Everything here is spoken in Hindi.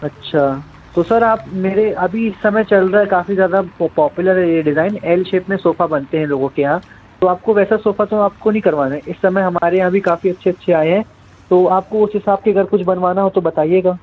अच्छा तो सर आप मेरे अभी इस समय चल रहा है काफ़ी ज़्यादा पॉपुलर है ये डिज़ाइन एल शेप में सोफ़ा बनते हैं लोगों के यहाँ तो आपको वैसा सोफ़ा तो आपको ही करवाना है इस समय हमारे यहाँ भी काफ़ी अच्छे अच्छे आए हैं तो आपको उस हिसाब के अगर कुछ बनवाना हो तो बताइएगा